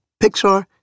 Pixar